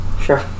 Sure